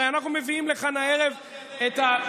הרי אנחנו מביאים לכאן הערב את,